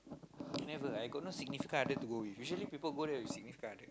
never I got no significant other to go with usually people go there with significant other